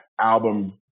album